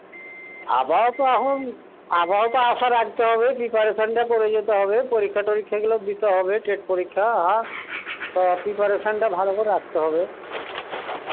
আপাতত এখন আপাতত আশা রাখতে হবে প্রিপারেশানটা করে যেতে হবে পরীক্ষা টরীক্ষাগুলা দিতে হবে টেস্ট পরীক্ষা হ্যাঁ তো প্রিপারেশানটা ভালো করে রাখতে হবে